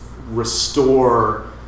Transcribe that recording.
restore